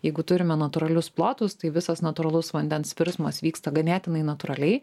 jeigu turime natūralius plotus tai visas natūralus vandens virsmas vyksta ganėtinai natūraliai